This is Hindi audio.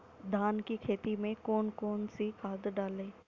धान की खेती में कौन कौन सी खाद डालें?